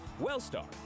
Wellstar